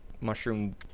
mushroom